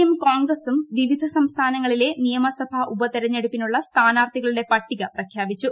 യും കോൺഗ്രസും വിവിധ സംസ്ഥാനങ്ങളിലെ നിയമസഭാ ഉപതെരഞ്ഞെടുപ്പിനുള്ള സ്ഥാനാർത്ഥികളുടെ പട്ടിക പ്രഖ്യാപിച്ചു